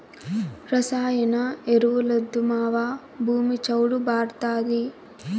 రసాయన ఎరువులొద్దు మావా, భూమి చౌడు భార్డాతాది